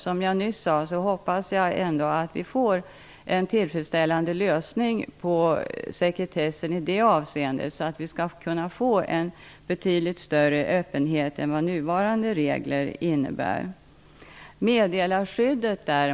Som jag nyss sade hoppas jag ändå att vi får en tillfredsställande lösning beträffande sekretessen i det avseendet, så att vi skall kunna få en betydligt större öppenhet än vad nuvarande regler medger.